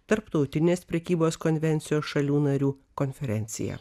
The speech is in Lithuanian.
tarptautinės prekybos konvencijos šalių narių konferencija